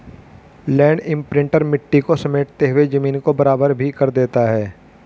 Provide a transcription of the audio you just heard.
land imprinter मिट्टी को समेटते हुए जमीन को बराबर भी कर देता है